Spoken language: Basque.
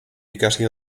ikasi